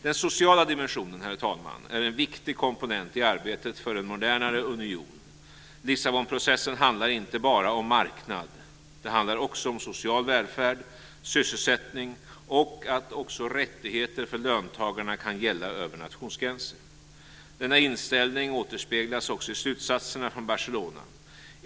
Den sociala dimensionen är en viktig komponent i arbetet för en modernare union. Lissabonprocessen handlar inte bara om marknad. Det handlar också om social välfärd, sysselsättning och att också rättigheter för löntagarna kan gälla över nationsgränser. Denna inställning återspeglas också i slutsatserna från Barcelona.